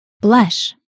blush